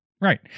Right